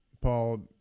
Paul